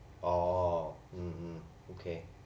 orh mm mm okay